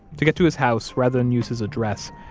to get to his house, rather than use his address,